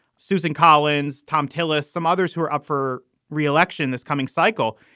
susan collins, thom tillis, some others who are up for re-election this coming cycle.